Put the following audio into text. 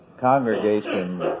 congregation